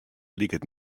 liket